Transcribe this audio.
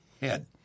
head